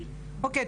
אוקיי,